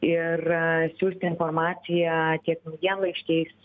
ir siųsti informaciją tiek naujienlaiškiais